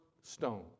stone